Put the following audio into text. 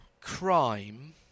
crime